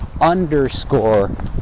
underscore